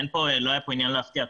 לא היה פה עניין להפתיע.